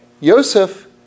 Yosef